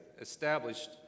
established